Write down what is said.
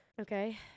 okay